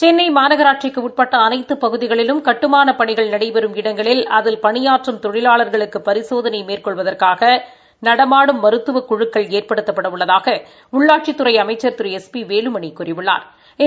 சென்னை மாநகராட்சிக்கு உட்பட்ட அளைத்து பகுதிகளிலும் கட்டுமானப் பணிகள் நடைபெறும் இடங்களில் இடம்பெறும் தொழிலாளா்களுக்கு பரிசோதனை மேற்கொள்வதற்காக நடமாடும் மருத்துவ குழுக்கள் அதில் ஏற்படுத்தப்பட உள்ளதாக உள்ளாட்சித்துறை அமைச்சா் திரு எஸ் பி வேலுமணி கூறியுள்ளாா்